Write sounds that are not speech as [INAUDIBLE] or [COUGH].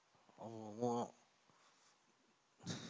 oh [LAUGHS]